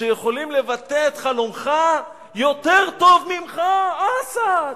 שיכולים לבטא את חלומך יותר טוב ממך, אסד.